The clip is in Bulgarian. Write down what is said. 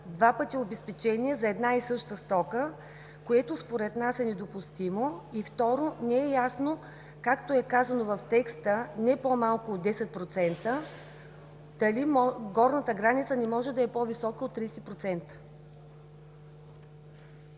два пъти обезпечение за една и съща стока, което според нас е недопустимо. Второ, не е ясно, както е казано в текста „не по-малко от 10%, горната граница не може да е по-висока от 30%.